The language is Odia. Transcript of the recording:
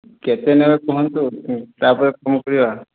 କେତେ ନେବେ କୁହନ୍ତୁ ତା'ପରେ କ'ଣ କରିବା